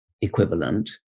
equivalent